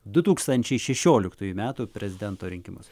du tūkstančiai šešioliktųjų metų prezidento rinkimus